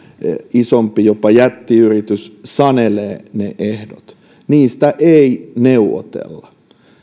isompi yritys jopa jättiyritys sanelee ne ehdot niistä ei neuvotella